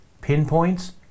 pinpoints